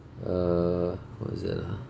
err what's it ah